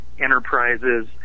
enterprises